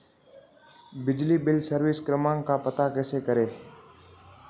बिजली bill service क्रमांक का पता कैसे करें?